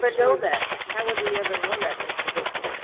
but know that? how would we ever know that, mr. fisher?